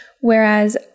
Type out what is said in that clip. Whereas